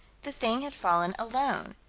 the thing had fallen alone.